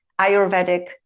Ayurvedic